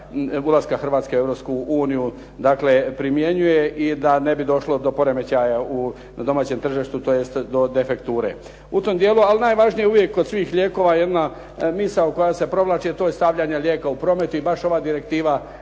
Europsku uniju primjenjuje i da ne bi došlo do poremećaja na domaćem tržištu tj. do defekture u tom dijelu. Ali najvažnije uvijek od svih lijekova je jedna misao koja se provlači, a to je stavljanje lijeka u promet i baš ova Direktiva